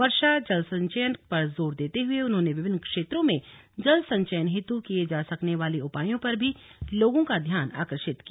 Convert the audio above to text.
वर्षा जल संचयन पर जोर देते हए उन्होंने विभिन्न क्षेत्रों में जल संचयन हेतु किये जा सकने वाले उपयों पर भी लोगों का ध्यान आर्कषित किया